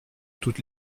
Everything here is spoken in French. toute